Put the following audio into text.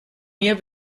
mir